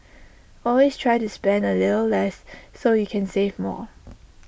always try to spend A little less so you can save more